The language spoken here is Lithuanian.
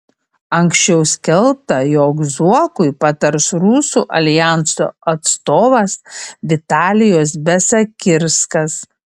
anksčiau skelbta jog zuokui patars rusų aljanso atstovas vitalijus besakirskas